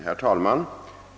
Herr talman!